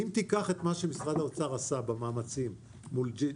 אם תיקח את מה שמשרד האוצר עשה במאמצים מול ג'סר,